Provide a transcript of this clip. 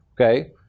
okay